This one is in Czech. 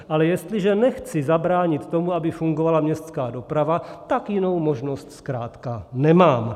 Ale jestliže nechci zabránit tomu, aby fungovala městská doprava, tak jinou možnost zkrátka nemám.